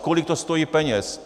Kolik to stojí peněz.